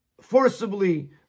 forcibly